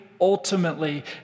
ultimately